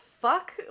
fuck